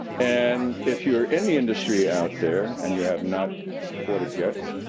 and if you're in the industry out there and you have not supported yet,